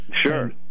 Sure